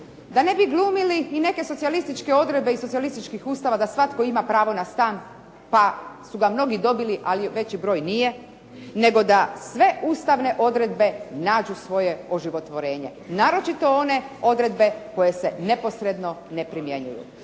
da ne bi glumili i neke socijalističke odredbe iz socijalističkih ustava da svatko ima pravo na stan pa su ga mnogi dobili, ali veći broj nije, nego da sve ustavne odredbe nađu svoje oživotvorenje, naročito one odredbe koje se neposredno ne primjenjuju.